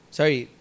sorry